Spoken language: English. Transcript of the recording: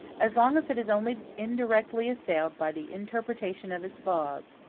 as long as it is only indirectly assailed by the interpretation of its laws,